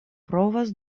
provas